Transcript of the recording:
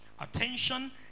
Attention